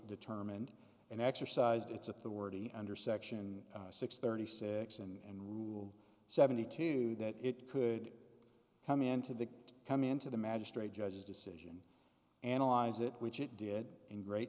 determined and exercised its authority under section six thirty six and rule seventy two that it could come into the come into the magistrate judge's decision analyze it which it did in great